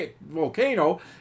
volcano